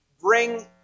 bring